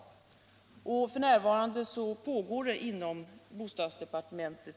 Beredning av förslagen pågår f.n. inom bostadsdepartementet.